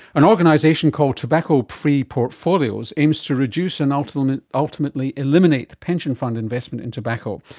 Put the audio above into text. an organisation called tobacco-free portfolios aims to reduce and ultimately ultimately eliminate the pension fund investment in tobacco.